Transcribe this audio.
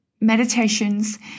meditations